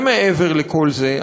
ומעבר לכל זה,